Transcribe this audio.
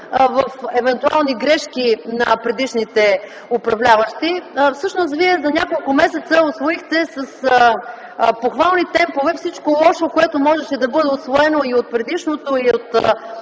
в евентуални грешки на предишните управляващи. Всъщност, за няколко месеца вие усвоихте с похвални темпове всичко лошо, което можеше да бъде усвоено и от предишното, и от